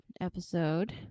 episode